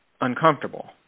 uncomfortable